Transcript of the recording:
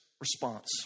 response